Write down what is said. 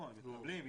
הם מקבלים,